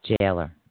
Jailer